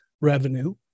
revenue